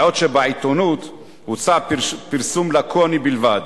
בעוד בעיתונות הוצע פרסום לקוני בלבד,